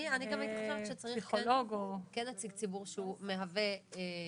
אני גם הייתי חושבת שצריך כן נציג ציבור שהוא מהווה גופים